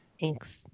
Thanks